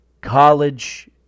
college